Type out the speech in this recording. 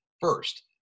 first